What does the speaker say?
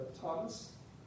Thomas